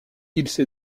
s’est